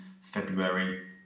February